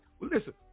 Listen